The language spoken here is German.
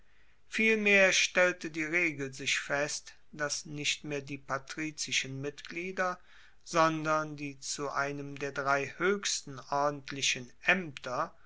vielmehr stellte die regel sich fest dass nicht mehr die patrizischen mitglieder sondern die zu einem der drei hoechsten ordentlichen aemter